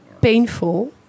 painful